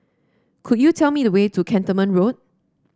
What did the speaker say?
could you tell me the way to Cantonment Road